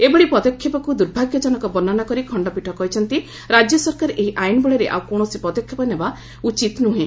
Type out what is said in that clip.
ଏଭଳି ପଦକ୍ଷେପକୁ ଦୂର୍ଭାଗ୍ୟଜନକ ବର୍ଷ୍ଣନା କରି ଖଣ୍ଡପୀଠ କହିଛନ୍ତି ରାଜ୍ୟ ସରକାର ଏହି ଆଇନ୍ ବଳରେ ଆଉ କୌଣସି ପଦକ୍ଷେପ ନେବା ଉଚିତ୍ ନୁର୍ହେ